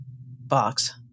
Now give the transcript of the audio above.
box